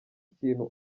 ikintu